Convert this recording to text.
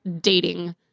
dating